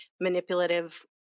manipulative